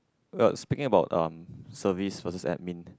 well speaking about um service versus admin